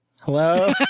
Hello